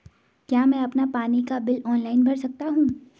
क्या मैं अपना पानी का बिल ऑनलाइन भर सकता हूँ?